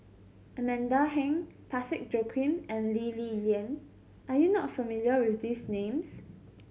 Amanda Heng Parsick Joaquim and Lee Li Lian are you not familiar with these names